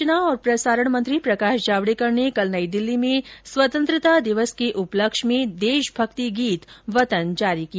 सूचना और प्रसारण मंत्री प्रकाश जावड़ेकर ने कल नई दिल्ली में स्वतंत्रता दिवस के उपलक्ष्य में देशमक्ति गीत वतन जारी किया